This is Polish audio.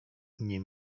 nim